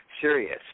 serious